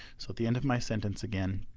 so at the end of my sentence again